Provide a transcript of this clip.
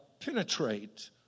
penetrate